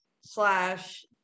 slash